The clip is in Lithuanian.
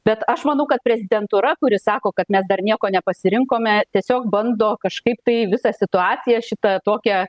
bet aš manau kad prezidentūra kuri sako kad mes dar nieko nepasirinkome tiesiog bando kažkaip tai visa situacija šita tokią